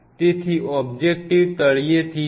તેથી ઓબ્જેક્ટિવ તળિયેથી છે